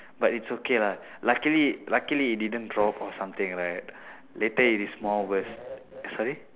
but it's okay lah luckily luckily it didn't drop or something right later it is more worse sorry